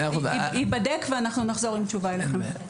ייבדק ואנחנו נחזור עם תשובה אליכם.